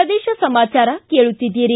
ಪ್ರದೇಶ ಸಮಾಚಾರ ಕೇಳುತ್ತೀದ್ದೀರಿ